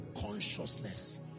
consciousness